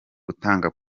gutanga